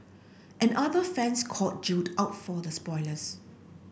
and other fans called Jill out for the spoilers